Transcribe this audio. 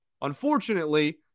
Unfortunately